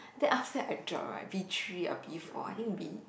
then after that I drop right B three or B four I think B